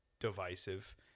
divisive